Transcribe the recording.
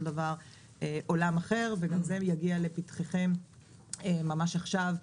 דבר עולם אחר וגם זה יגיע לפתחכם ממש עכשיו,